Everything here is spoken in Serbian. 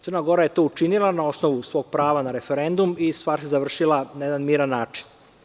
Crna Gora je to učinila na osnovu svog prava na referendum i stvar se završila na jedan miran način.